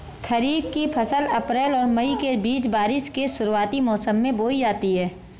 खरीफ़ की फ़सल अप्रैल और मई के बीच, बारिश के शुरुआती मौसम में बोई जाती हैं